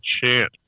chance